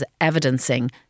evidencing